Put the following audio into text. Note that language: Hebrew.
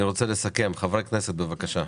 חברי הכנסת, בבקשה.